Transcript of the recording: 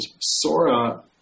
Sora